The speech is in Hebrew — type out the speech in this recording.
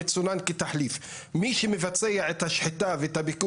אנחנו צריכים להסתכל לאמת ולמציאות בחיים ולהבין,